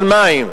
של מים,